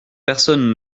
personne